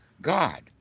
God